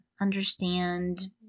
Understand